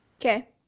okay